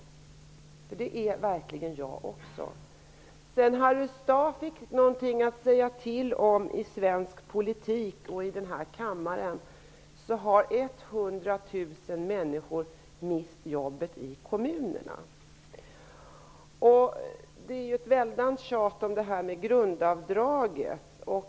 Det är verkligen jag också. Sedan Harry Staaf fick något att säga till om i svensk politik och i denna kammare har 100 000 Det är ett väldans tjat om grundavdraget.